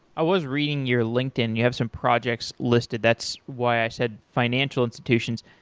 i was reading your linkedin, you have some projects listed, that's why i said financial institutions.